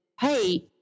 hey